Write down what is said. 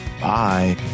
bye